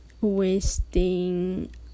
wasting